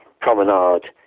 promenade